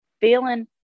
feeling